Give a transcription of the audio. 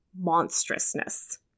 monstrousness